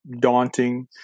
daunting